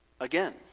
again